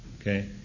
Okay